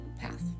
path